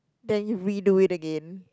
then you redo it again